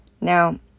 Now